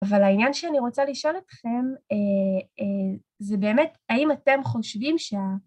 אבל העניין שאני רוצה לשאול אתכם, זה באמת, האם אתם חושבים שה...